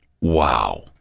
Wow